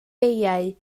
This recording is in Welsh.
beiau